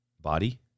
body